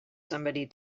somebody